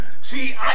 See